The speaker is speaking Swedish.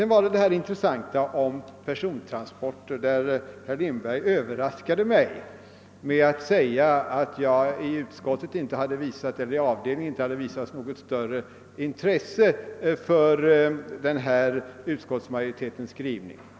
När det gäller persontransporter överraskade herr Lindberg mig med att säga, att jag i avdelningen inte visat något större intresse för utskottsmajoritetens skrivning.